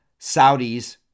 Saudis